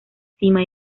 sima